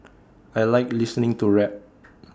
I Like listening to rap